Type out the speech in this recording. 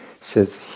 says